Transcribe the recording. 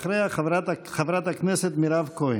אחריה, חברת הכנסת מירב כהן.